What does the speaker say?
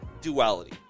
Duality